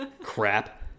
crap